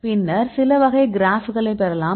பின்னர் சில வகை கிராப்களைப் பெறலாம்